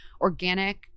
Organic